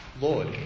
Lord